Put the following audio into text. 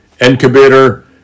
Incubator